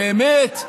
באמת,